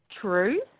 True